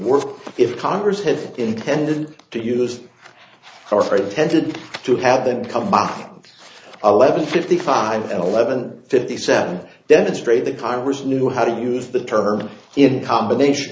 work if congress had intended to use or for the tended to have them come back eleven fifty five eleven fifty seven demonstrate that congress knew how to use the term in combination